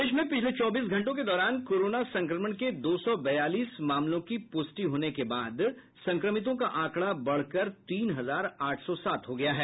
प्रदेश में पिछले चौबीस घंटों के दौरान कोरोना संक्रमण के दो सौ बयालीस मामले की पूष्टि होने के बाद संक्रमितों का आंकड़ा बढ़कर तीन हजार आठ सौ सात हो गयी है